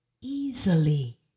easily